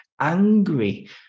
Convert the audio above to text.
angry